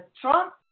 Trump